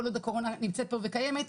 כל עוד הקורונה נמצאת פה וקיימת,